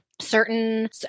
certain